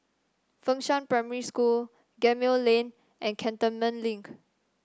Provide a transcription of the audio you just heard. Fengshan Primary School Gemmill Lane and Cantonment Link